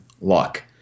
luck